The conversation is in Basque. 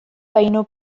baino